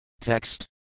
Text